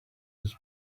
was